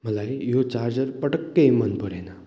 मलाई यो चार्जर पटक्कै मनपरेन